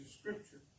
scripture